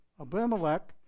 Abimelech